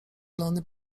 lony